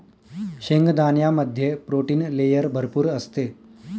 शेंगदाण्यामध्ये protein layer भरपूर असते